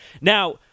Now